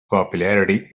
popularity